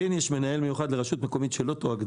יש מנהל מיוחד לרשות מקומית שלא ---,